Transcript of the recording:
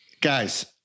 guys